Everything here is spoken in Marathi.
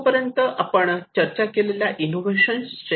आतापर्यंत आपण चर्चा केलेल्या इनोव्हेशन चे इनोव्हेटर्स कोण आहेत